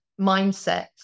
mindset